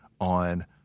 on